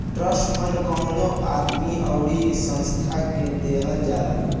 trust fund कवनो आदमी अउरी संस्था के देहल जाला